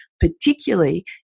particularly